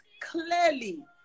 clearly